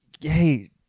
hey